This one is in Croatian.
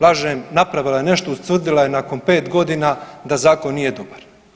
Lažem, napravila je nešto, ustvrdila je nakon 5 godina da zakon nije dobar.